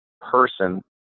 person